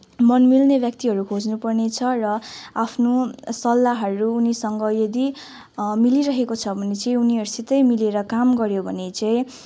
मन मिल्ने व्यक्तिहरू खोज्नु पर्ने छ र आफ्नो सल्लाहरू उनीसँग यदि मिलिरहेको छ भने चाहिँ उनीहरूसितै मिलेर काम गऱ्यो भने चाहिँ